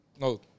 No